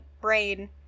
brain